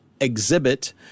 exhibit